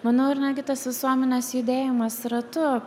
manau ir netgi tas visuomenės judėjimas ratu